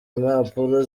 impapuro